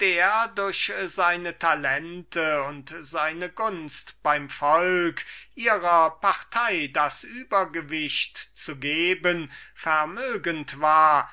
der durch seine talente und seine gunst beim volke ihrer partei das übergewicht zu geben vermögend war